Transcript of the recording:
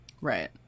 Right